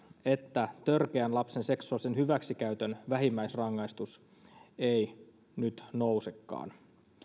että törkeän lapsen seksuaalisen hyväksikäytön vähimmäisrangaistus ei nyt nousekaan